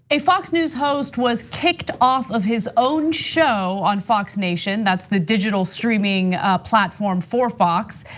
a fox news host was kicked off of his own show on fox nation, that's the digital streaming platform for fox.